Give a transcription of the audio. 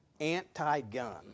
anti-gun